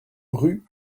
rue